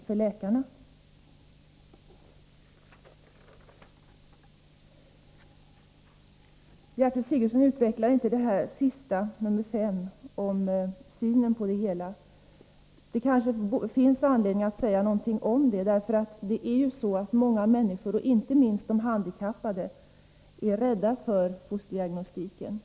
Gertrud Sigurdsen utvecklar inte svaret på min femte fråga, om synen på fosterdiagnostikens utveckling i vårt land. Det kanske finns anledning att säga någonting om det. Många människor — inte minst de handikappade — är rädda för fosterdiagnostiken.